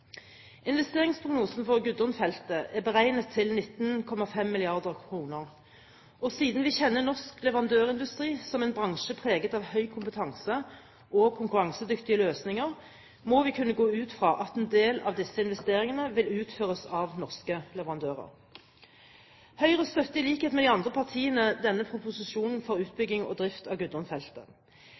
Investeringsprognosen for Gudrun-feltet er beregnet til 19,5 mrd. kr, og siden vi kjenner norsk leverandørindustri som en bransje preget av høy kompetanse og konkurransedyktige løsninger, må vi kunne gå ut fra at en del av disse investeringene vil utføres av norske leverandører. Høyre støtter, i likhet med de andre partiene, denne proposisjonen for utbygging og drift av